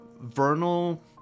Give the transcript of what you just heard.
vernal